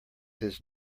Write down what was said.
his